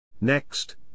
Next